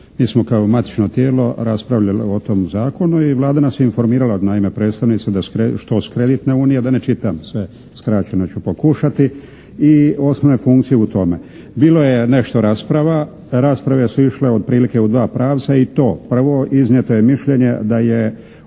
Mi smo kao matično tijelo raspravljali o tom zakonu i Vlada nas je informirala, naime predstavnici što s kreditne unije, da ne čitam sve skraćeno ću pokušati, i osnovne funkcije u tome. Bilo je nešto rasprava. Rasprave su išle otprilike u dva pravca i to, prvo iznijeto je mišljenje da je